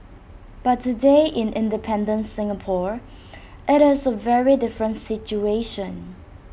but today in independent Singapore IT is A very different situation